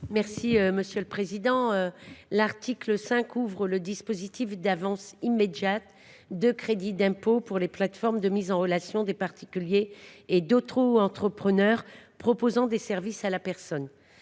Poly, sur l’article. L’article 5 ouvre le dispositif d’avance immédiate de crédit d’impôt aux plateformes de mise en relation de particuliers et d’autoentrepreneurs proposant des services à la personne.